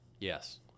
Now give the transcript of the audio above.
Yes